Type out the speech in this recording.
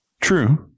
True